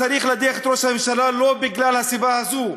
צריך להדיח את ראש הממשלה לא בגלל הסיבה הזאת,